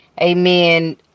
amen